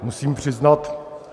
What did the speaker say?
Musím přiznat...